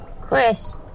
Chris